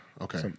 Okay